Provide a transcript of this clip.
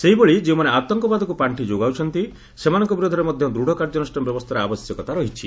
ସେହିଭଳି ଯେଉଁମାନେ ଆତଙ୍କବାଦକୁ ପାର୍ଷି ଯୋଗାଉଛନ୍ତି ସେମାନଙ୍କ ବିରୋଧରେ ମଧ୍ୟ ଦୃତ୍ କାର୍ଯ୍ୟାନୁଷ୍ଠାନ ବ୍ୟବସ୍ଥାର ଆବଶ୍ୟକତା ରହିଛି